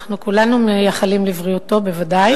אנחנו כולנו מייחלים לבריאותו, בוודאי.